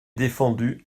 défendu